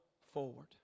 forward